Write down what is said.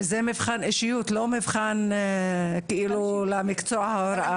וזה מבחן אישיות לא מבחן למקצוע ההוראה.